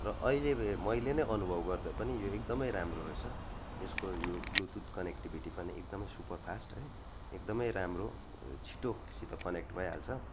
र अहिले मैले नै अनुभव गर्दा पनि यो एकदमै राम्रो रहेछ यसको यो ब्लुतुथ कनेक्टिभिटी पनि एकदमै सुपरफास्ट है एकदमै राम्रो छिटोसित कनेक्ट भइहाल्छ